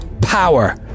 power